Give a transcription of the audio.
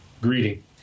greeting